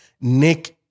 Nick